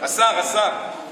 השר, השר.